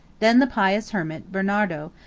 then the pious hermit, benardo,